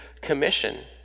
commission